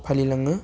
फालिलाङो